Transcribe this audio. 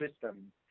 system